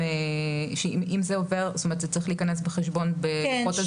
זאת אומרת זה צריך להיכנס בחשבון בלוחות הזמנים.